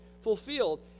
fulfilled